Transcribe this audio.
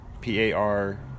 P-A-R